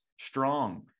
strong